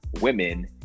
women